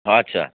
আচ্ছা